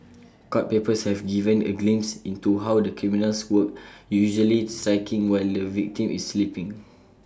court papers have given A glimpse into how the criminals work usually striking while the victim is sleeping